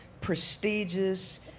prestigious